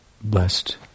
blessed